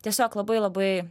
tiesiog labai labai